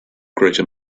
greater